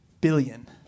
billion